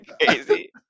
Crazy